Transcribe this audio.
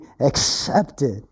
accepted